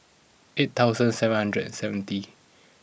eight thousand seven hundred and seventy